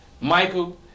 Michael